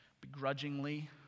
begrudgingly